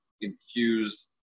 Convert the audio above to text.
infused